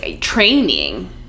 training